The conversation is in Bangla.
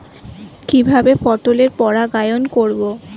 কিভাবে পটলের পরাগায়ন করব?